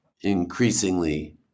increasingly